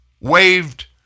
waved